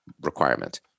requirement